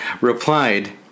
replied